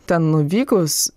ten nuvykus